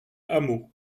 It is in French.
hameaux